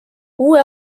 uue